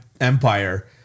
empire